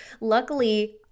luckily